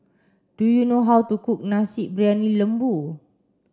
do you know how to cook Nasi Briyani Lembu